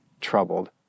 troubled